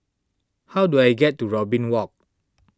how do I get to Robin Walk